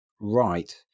right